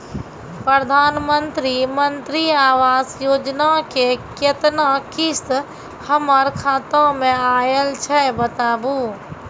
प्रधानमंत्री मंत्री आवास योजना के केतना किस्त हमर खाता मे आयल छै बताबू?